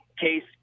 case